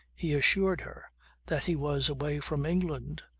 he assured her that he was away from england,